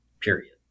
period